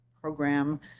program